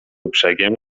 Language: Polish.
brzegiem